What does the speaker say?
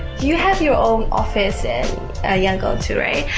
you have your own office in ah yangon too, right?